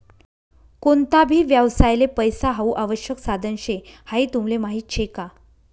कोणता भी व्यवसायले पैसा हाऊ आवश्यक साधन शे हाई तुमले माहीत शे का?